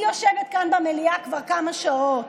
אני יושבת כאן במליאה כבר כמה שעות.